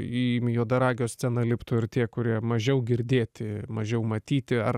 į juodaragio sceną liptų ir tie kurie mažiau girdėti mažiau matyti ar